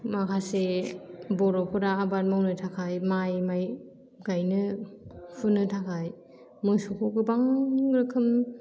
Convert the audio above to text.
माखासे बर'फ्रा आबाद मावनो थाखाय माय माय गायनो फुनो थाखाय मोसौखौ गोबां रोखोमनि